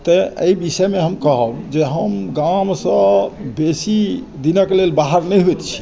तऽ एहि विषयमे हम कहब जे हम गामसँ बेसी दिनक लेल बाहर नहि होइत छी